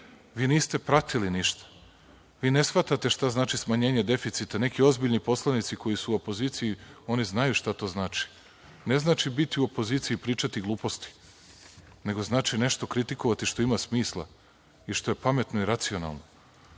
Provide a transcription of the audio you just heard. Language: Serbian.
ništa pratili. Ne shvatate šta znači smanjenje deficita. Neki ozbiljni poslanici koji su u opoziciji znaju šta to znači. Ne znači biti u opoziciji i pričati gluposti, nego znači nešto kritikovati što ima smisla i što je pametno i racionalno. Imali